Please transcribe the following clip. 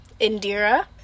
Indira